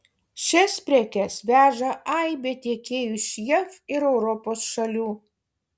šias prekes veža aibė tiekėjų iš jav ir europos šalių